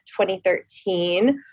2013